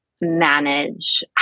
manage